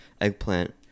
eggplant